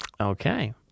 Okay